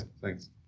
Thanks